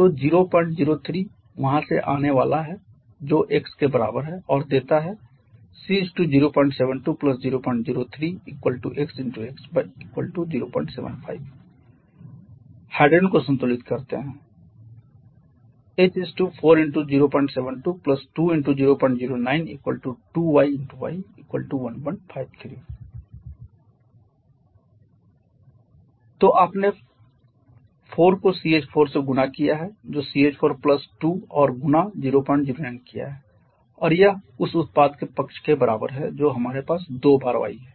तो 003 वहाँ से आने वाला जो x के बराबर है और देता है C 072 003 x 🡺 x 075 हाइड्रोजन को संतुलित करते हैं H 4 × 072 2 × 009 2 y 🡺 y 153 तो आपने 4 को CH4 से गुणा किया है जो CH4 प्लस 2 और गुणा 009 किया है और यह उस उत्पाद पक्ष के बराबर है जो हमारे पास दो बार y है